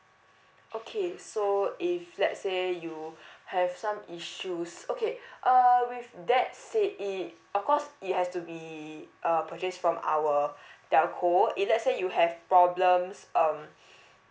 okay so if let's say you have some issues okay uh with that said it of course it has to be uh purchase from our telco if let's say you have problems um